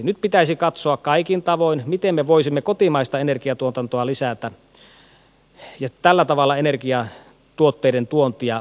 nyt pitäisi katsoa kaikin tavoin miten me voisimme kotimaista energiantuotantoa lisätä ja tällä tavalla energiatuotteiden tuontia vähentää